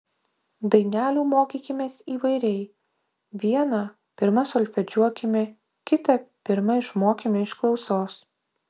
dainelių mokykimės įvairiai vieną pirma solfedžiuokime kitą pirma išmokime iš klausos